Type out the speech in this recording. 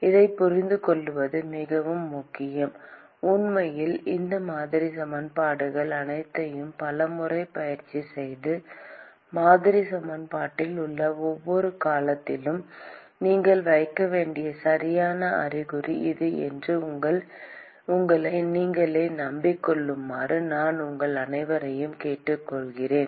இதைப் புரிந்துகொள்வது மிகவும் முக்கியம் உண்மையில் இந்த மாதிரி சமன்பாடுகள் அனைத்தையும் பல முறை பயிற்சி செய்து மாதிரிச் சமன்பாட்டில் உள்ள ஒவ்வொரு காலத்திலும் நீங்கள் வைக்க வேண்டிய சரியான அறிகுறி இது என்று உங்களை நீங்களே நம்பிக் கொள்ளுமாறு நான் உங்கள் அனைவரையும் கேட்டுக் கொள்கிறேன்